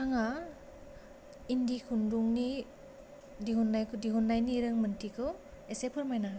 नोंथाङा इन्दि खुन्दुंनि दिहुननायनि रोंमोनथिखौ एसे फोरमायना हो